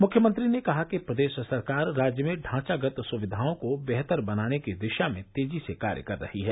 मुख्यमंत्री ने कहा कि प्रदेश सरकार राज्य में ढांचागत सुविघाओं को बेहतर बनाने की दिशा र्मे तेजी से कार्य कर रही है